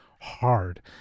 hard